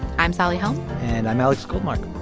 i'm sally helm and i'm alex goldmark.